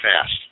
fast